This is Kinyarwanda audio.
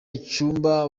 icyumba